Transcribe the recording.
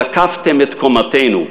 זקפתם את קומתנו,